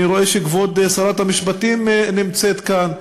אני רואה שכבוד שרת המשפטים נמצאת כאן.